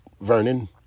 Vernon